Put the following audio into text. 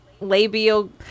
labial